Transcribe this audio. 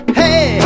hey